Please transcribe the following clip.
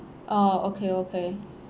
oh okay okay